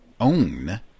own